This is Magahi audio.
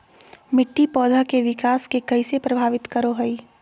मिट्टी पौधा के विकास के कइसे प्रभावित करो हइ?